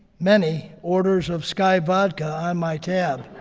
many orders of skyy vodka on my tab.